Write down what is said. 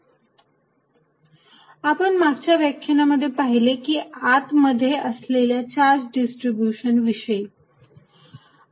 Fq4π0dVr r2ρr आपण मागच्या व्याख्यानांमध्ये पाहीले की आत मध्ये असलेल्या चार्ज डिस्ट्रीब्यूशन विषयी